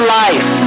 life